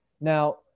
Now